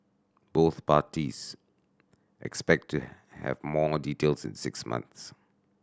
both parties expect to have more details in six months